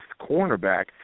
cornerback